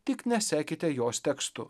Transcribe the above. tik nesekite jos tekstu